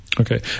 okay